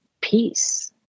peace